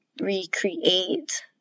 recreate